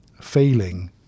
failing